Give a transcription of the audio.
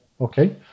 Okay